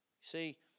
See